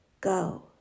go